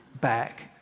back